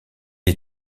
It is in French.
est